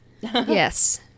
Yes